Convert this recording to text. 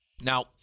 Now